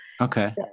okay